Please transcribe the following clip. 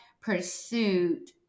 pursuit